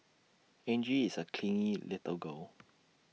Angie is A clingy little girl